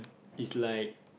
it's like